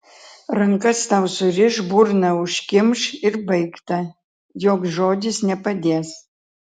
rankas tau suriš burną užkimš ir baigta joks žodis nepadės